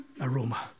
aroma